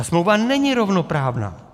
Smlouva není rovnoprávná.